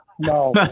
No